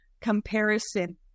comparison